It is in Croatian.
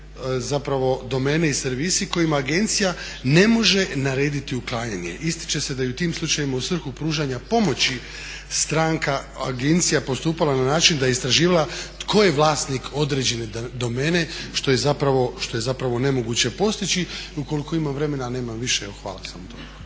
zapravo domene i servisi kojima agencija ne može narediti uklanjanje. Ističe se da i u tim slučajevima u svrhu pružanja pomoći stranka, agencija postupala na način da je istraživala tko je vlasnik određene domene što je zapravo nemoguće postići. I ukoliko imam vremena, a nemam više. Evo hvala.